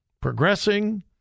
progressing